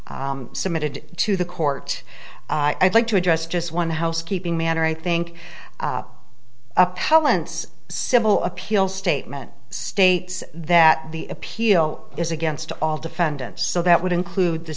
submitted to the court i'd like to address just one housekeeping manner i think appellants civil appeal statement states that the appeal is against all defendants so that would include the